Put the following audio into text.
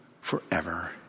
forever